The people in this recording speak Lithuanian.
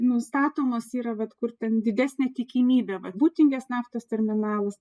nustatomas yra vat kur ten didesnė tikimybė vat būtingės naftos terminalas